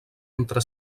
entre